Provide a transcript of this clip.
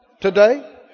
today